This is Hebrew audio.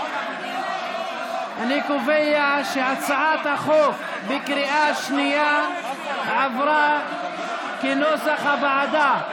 אני קובע שהצעת החוק עברה בקריאה שנייה כנוסח הוועדה.